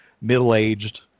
middle-aged